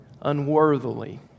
unworthily